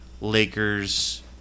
Lakers